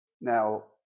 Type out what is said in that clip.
Now